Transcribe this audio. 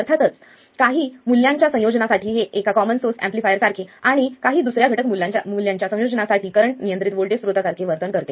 अर्थात काही मूल्यांच्या संयोजनासाठी हे एका कॉमन सोर्स एम्पलीफायर सारखे आणि काही दुसऱ्या घटक मूल्यांच्या संयोजनांसाठी करंट नियंत्रित व्होल्टेज स्त्रोतासारखे वर्तन करते